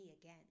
again